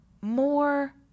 More